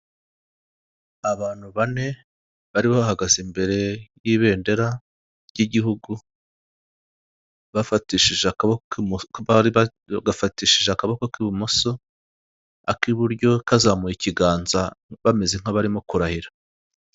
Abantu bane bari bahagaze imbere y'ibendera ry'igihugu, bafatishije akaboko k'ibumoso, bari bafatishije akaboko k'ibumoso, ak'iburyo kazamuye ikiganza bameze nk'abari kurahira.